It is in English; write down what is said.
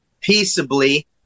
peaceably